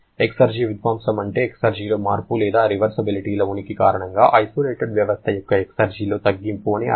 exergy విధ్వంసం అంటే ఎక్సర్జీలో మార్పు లేదా రివర్సిబిలిటీల ఉనికి కారణంగా ఐసోలేటెడ్ వ్యవస్థ యొక్క ఎక్సర్జీలో తగ్గింపు అని అర్థం